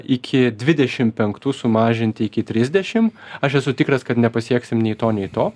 iki dvidešim penktų sumažinti iki trisdešim aš esu tikras kad nepasieksim nei to nei to